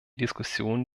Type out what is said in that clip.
diskussionen